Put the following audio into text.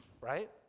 Right